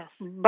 Yes